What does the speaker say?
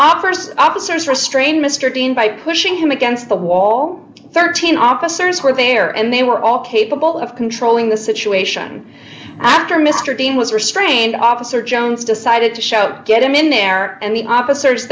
offers officers restrain mr bean by pushing him against the wall thirteen officers were there and they were all capable of controlling the situation after mr dean was restrained officer jones decided to shout get him in there and the o